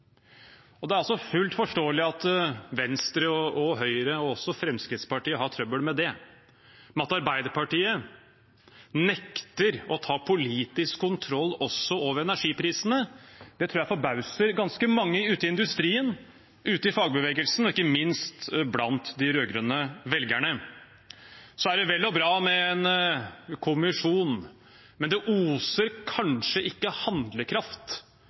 det er å utfordre markedskreftene. Det er fullt forståelig at Venstre, Høyre og også Fremskrittspartiet har trøbbel med det. Men at Arbeiderpartiet nekter å ta politisk kontroll også over energiprisene, tror jeg forbauser ganske mange ute i industrien, i fagbevegelsene og ikke minst blant de rød-grønne velgerne. Det er vel og bra med en kommisjon, men det oser kanskje ikke handlekraft